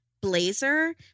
blazer